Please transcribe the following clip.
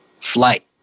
Flight